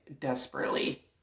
desperately